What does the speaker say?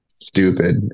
stupid